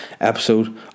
episode